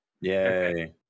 Yay